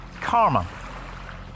karma